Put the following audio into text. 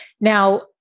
Now